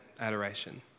adoration